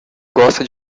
gosta